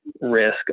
risk